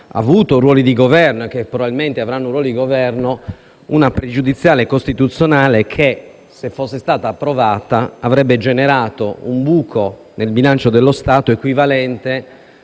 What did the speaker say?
avuto ruoli di Governo e che probabilmente avranno ruoli di Governo, una pregiudiziale di costituzionalità che, se fosse stata approvata, avrebbe generato un buco nel bilancio dello Stato equivalente